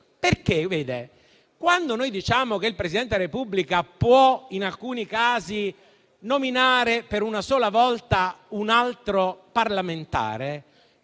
capisce. Quando diciamo che il Presidente della Repubblica può, in alcuni casi, nominare per una sola volta un altro parlamentare,